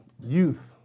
youth